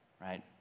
right